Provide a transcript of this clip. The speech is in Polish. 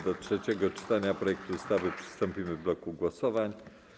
Do trzeciego czytania projektu ustawy przystąpimy w bloku głosowań.